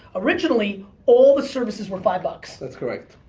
originally all the services were five bucks. that's correct.